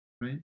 right